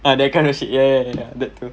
ah they're kinda of shit yeah yeah yeah that too